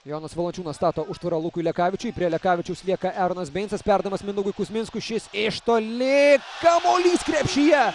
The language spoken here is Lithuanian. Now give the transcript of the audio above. jonas valančiūnas stato užtvarą lukui lekavičiui prie lekavičiaus lieka eronas beincas perdavimas mindaugu kuzminskui šis iš toli kamuolys krepšyje